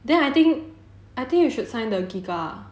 then I think I think you should sign the giga